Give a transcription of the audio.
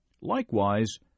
Likewise